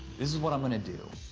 this is what i'm gonna do.